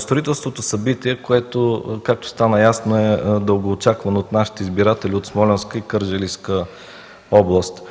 строителството – събитие, което, както стана ясно, е дългоочаквано от нашите избиратели от Смолянска и Кърджалийска област.